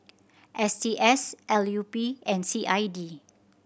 S T S L U P and C I D